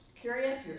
Curious